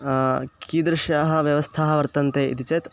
कीदृशाः व्यवस्थाः वर्तन्ते इति चेत्